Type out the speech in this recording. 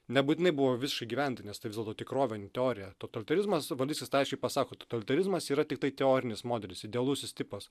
nebūtinai buvo visiškai įgyvendinta nes tai vis dėlto tikrovė ne teorija totalitarizmas valickis tą aiškiai pasako totalitarizmas yra tiktai teorinis modelis idealusis tipas